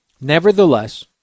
Nevertheless